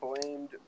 blamed